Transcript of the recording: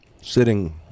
sitting